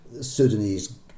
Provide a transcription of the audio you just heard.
Sudanese